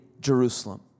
Jerusalem